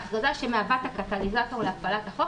ההכרזה שמהווה את הקטליזטור להפעלת החוק